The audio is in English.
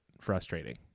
frustrating